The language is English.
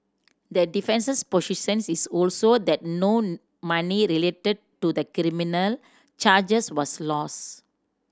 the defence's position is also that no money related to the criminal charges was lost